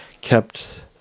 kept